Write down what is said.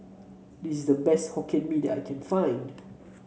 this is the best Hokkien Mee that I can find